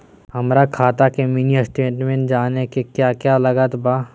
हमरा खाता के मिनी स्टेटमेंट जानने के क्या क्या लागत बा?